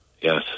yes